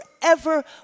forever